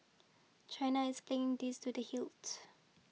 China is thing this to the hilt